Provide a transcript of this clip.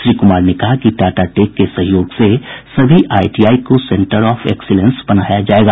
श्री कुमार ने कहा कि टाटा टेक के सहयोग से सभी आईटीआई को सेंटर ऑफ एक्सीलेंस बनाया जायेगा